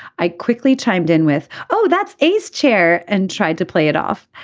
i quickly chimed in with oh that's easy chair and tried to play it off.